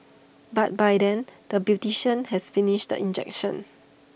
but by then the beautician has finished the injection